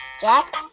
Jack